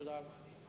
תודה.